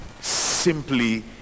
simply